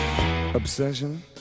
Obsession